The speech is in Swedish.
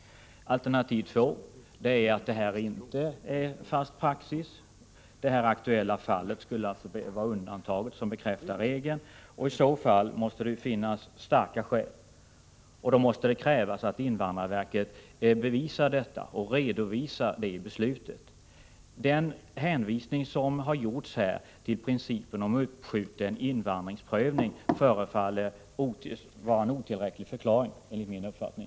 Alternativ 2 är att detta inte är fast praxis — det aktuella fallet skulle alltså vara undantaget som bekräftar regeln. I så fall måste det finnas starka skäl. Det krävs då att invandrarverket bevisar detta och redovisar det i beslutet. Den hänvisning till principen om uppskjuten invandringsprövning som här har gjorts förefaller enligt min uppfattning vara en otillräcklig förklaring.